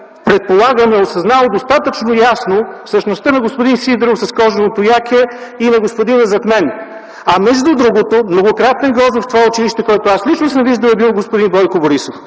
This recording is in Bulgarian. предполагам, е осъзнало достатъчно ясно същността на господин Сидеров с коженото яке и на господина зад мен, а между другото, многократен гост в това училище, в което аз лично съм виждал, е бил господин Бойко Борисов.